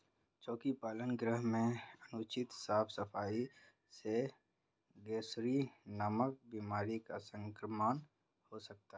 चोकी पालन गृह में अनुचित साफ सफाई से ग्रॉसरी नामक बीमारी का संक्रमण हो सकता है